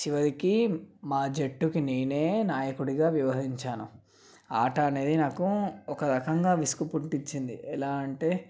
చివరికి మా జట్టుకి నేనే నాయకుడిగా వ్యవహరించాను ఆట అనేది నాకు ఒక రకంగా విసుగు పుట్టించింది ఎలా అంటే